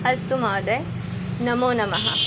अस्तु महोदय नमो नमः